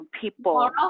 people